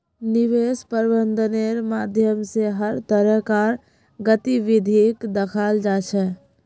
निवेश प्रबन्धनेर माध्यम स हर तरह कार गतिविधिक दखाल जा छ